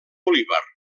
bolívar